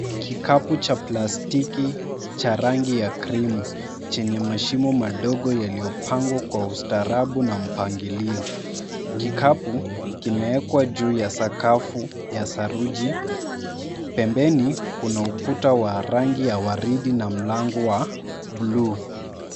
Kikapu cha plastiki cha rangi ya cream chenye mashimo madogo yaliopangwa kwa ustaarabu na mpangilio, kikapu kimeekwa juu ya sakafu ya saruji, pembeni kuna ukuta wa rangi ya waridi na mlango wa bluu.